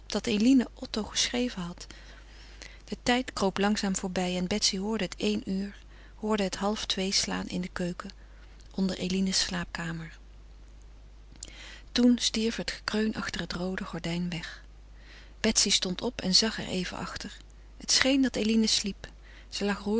dat eline otto geschreven had de tijd kroop langzaam voorbij en betsy hoorde het één uur hoorde het halftwee slaan in de keuken onder eline's slaapkamer toen stierf het gekreun achter het roode gordijn weg betsy stond op en zag er even achter het scheen dat eline sliep zij